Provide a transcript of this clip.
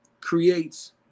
creates